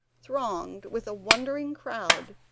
thronged with a wondering crowd,